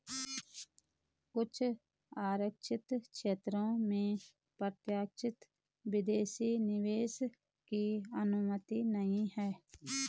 कुछ आरक्षित क्षेत्रों में प्रत्यक्ष विदेशी निवेश की अनुमति नहीं है